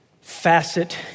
facet